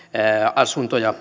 asunto ja